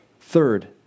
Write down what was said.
Third